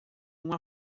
uma